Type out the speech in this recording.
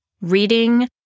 reading